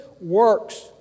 works